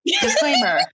Disclaimer